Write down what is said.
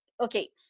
Okay